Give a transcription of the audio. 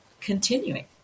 continuing